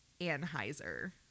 Anheuser